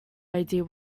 idea